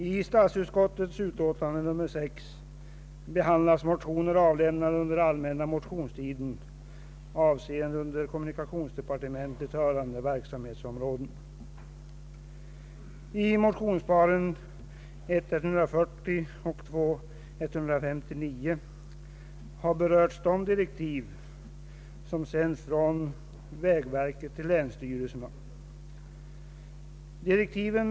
I statsutskottets utlåtande nr 6 behandlas motioner avlämnade under den allmänna motionstiden, avseende under kommunikationsdepartementet hörande verksamhetsområden.